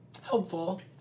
helpful